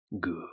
Good